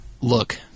look